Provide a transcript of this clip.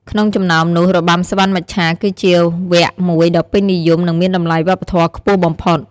ក្នុងចំណោមនោះ របាំសុវណ្ណមច្ឆាគឺជាវគ្គមួយដ៏ពេញនិយម និងមានតម្លៃវប្បធម៌ខ្ពស់បំផុត។